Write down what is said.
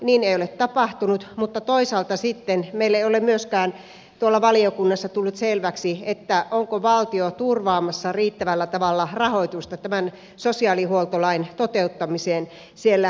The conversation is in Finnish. niin ei ole tapahtunut mutta toisaalta sitten meille ei ole myöskään tuolla valiokunnassa tullut selväksi onko valtio turvaamassa riittävällä tavalla rahoitusta tämän sosiaalihuoltolain toteuttamiseen kunnissa